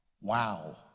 Wow